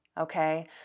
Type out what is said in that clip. Okay